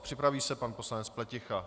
Připraví se pan poslanec Pleticha.